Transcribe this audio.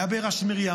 היה בארה של מרים,